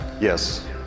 Yes